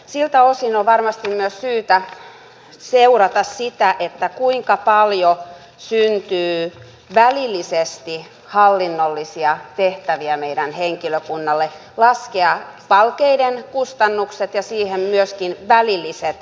siltä osin on varmasti myös syytä seurata sitä kuinka paljon syntyy välillisesti hallinnollisia tehtäviä meidän henkilökunnalle laskea palkeiden kustannukset ja siihen myöskin välilliset kustannukset